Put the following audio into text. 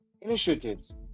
initiatives